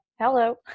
Hello